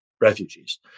refugees